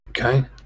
okay